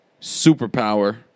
superpower